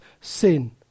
sin